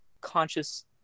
conscious